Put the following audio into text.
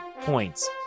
points